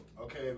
Okay